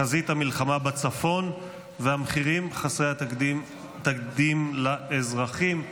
חזית המלחמה בצפון והמחירים חסרי התקדים לאזרחים.